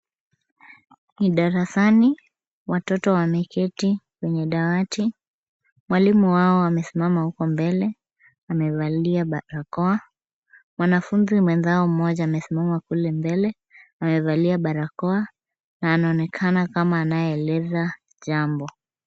Ni darasani, watoto wameketi kwenye dawati. Mwalimu wao amesimama huko mbele, amevalia barakoa. Mwanafunzi mwenzao mmoja amesimama kule mbele ,amevalia barakoa na anaonekana kama anayeeleza jambo.